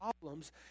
problems